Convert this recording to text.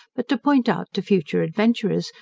but to point out to future adventurers,